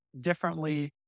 differently